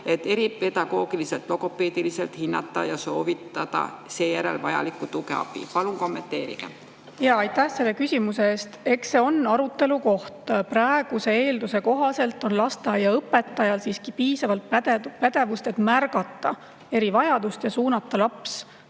et eripedagoogiliselt, logopeediliselt hinnata ja soovitada seejärel vajalikku tuge ja abi. Palun kommenteerige! Aitäh selle küsimuse eest! Eks see on arutelu koht. Praeguse eelduse kohaselt on lasteaiaõpetajal siiski piisavalt pädevust, et märgata erivajadust ja suunata laps